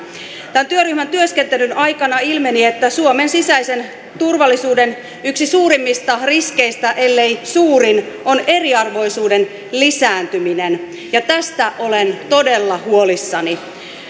tämän työryhmän työskentelyn aikana ilmeni että suomen sisäisen turvallisuuden yksi suurimmista riskeistä ellei suurin on eriarvoisuuden lisääntyminen ja tästä olen todella huolissani